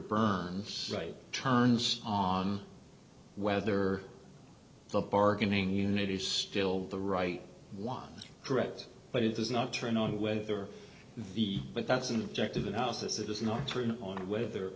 burns right turns on whether the bargaining unit is still the right one correct but it does not turn on whether the but that's an objective analysis it is not turned on whether